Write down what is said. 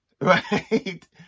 right